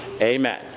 Amen